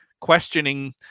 questioning